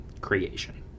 creation